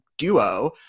duo